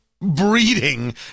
breeding